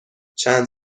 چند